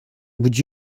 would